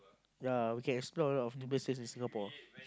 ya we can explore a lot of new places in Singapore